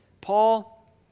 Paul